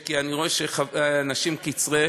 כי אני רואה שאנשים קצרי,